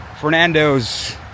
Fernando's